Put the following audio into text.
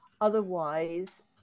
Otherwise